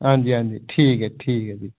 आं जी आं जी ठीक ऐ ठीक ऐ जी